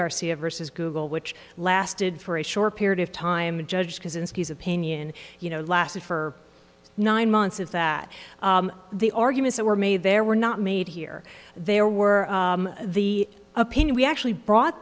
garcia versus google which lasted for a short period of time and judge kozinski opinion you know lasted for nine months is that the arguments that were made there were not made here there were the opinion we actually brought